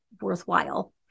worthwhile